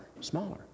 smaller